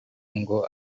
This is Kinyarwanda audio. ngo